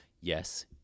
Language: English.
Yes